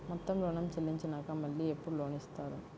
మొత్తం ఋణం చెల్లించినాక మళ్ళీ ఎప్పుడు లోన్ ఇస్తారు?